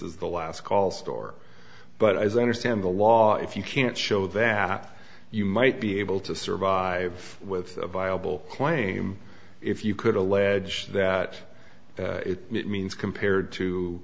is the last call store but as i understand the law if you can't show that you might be able to survive with a viable claim if you could allege that it means compared to